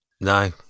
no